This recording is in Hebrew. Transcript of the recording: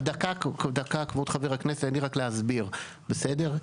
דקה, כבוד חבר הכנסת, תן לי רק להסביר, בסדר?